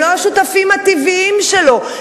הם לא השותפים הטבעיים שלו.